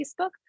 Facebook